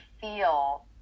feel